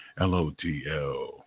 L-O-T-L